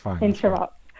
interrupt